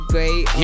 Great